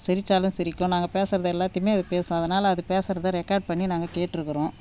சிரித்தாலும் சிரிக்கும் நாங்கள் பேசுறது எல்லாத்தையுமே அது பேசும் அதனால் அது பேசுறத ரெக்கார்ட் பண்ணி நாங்கள் கேட்டிருக்குறோம்